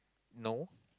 no